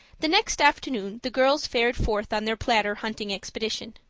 the next afternoon the girls fared forth on their platter hunting expedition.